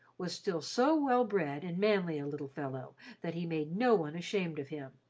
was still so well-bred and manly a little fellow that he made no one ashamed of him,